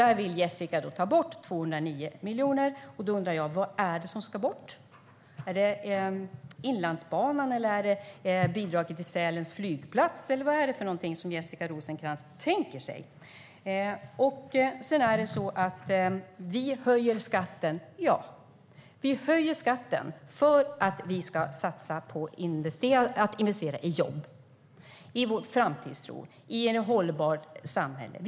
Där vill Jessica Rosencrantz ta bort 209 miljoner. Vad är det som ska bort? Är det Inlandsbanan, bidraget till Sälens flygplats eller vad tänker sig Jessica Rosencrantz? Ja, vi höjer skatten. Vi höjer skatten för att kunna investera i jobb, i framtidstro, i ett hållbart samhälle.